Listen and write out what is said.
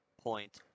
Point